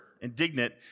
indignant